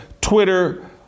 Twitter